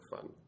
fun